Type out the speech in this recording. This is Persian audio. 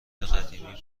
قدیمی